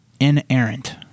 inerrant